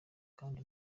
kandi